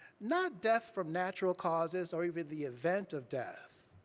not death from natural causes, or even the event of death,